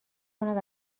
کنند